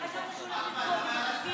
באמצע המשמרת.